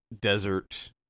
desert